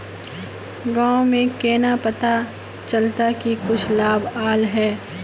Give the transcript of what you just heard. गाँव में केना पता चलता की कुछ लाभ आल है?